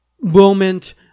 moment